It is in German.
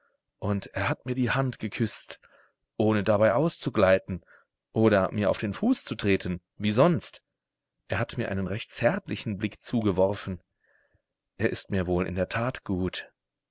und er hat mir die hand geküßt ohne dabei auszugleiten oder mir auf den fuß zu treten wie sonst er hat mir einen recht zärtlichen blick zugeworfen er ist mir wohl in der tat gut